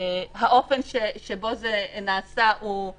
האופן שבו זה נעשה יש